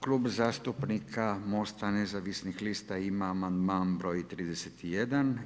Klub zastupnika MOST-a nezavisnih lista ima amandman broj 31.